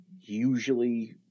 usually